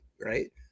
right